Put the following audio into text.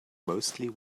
mostly